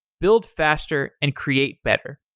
build faster and create better.